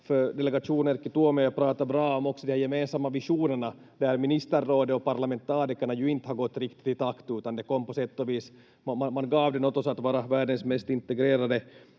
delegationen Erkki Tuomioja pratade bra om också de gemensamma visionerna, där ministerrådet och parlamentarikerna ju inte riktigt har gått i takt, utan det kom på sätt och vis... Man gav det åt oss att vara världens mest integrerade